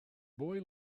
boy